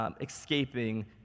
escaping